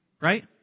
Right